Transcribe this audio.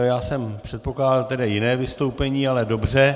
Já jsem předpokládal tedy jiné vystoupení, ale dobře.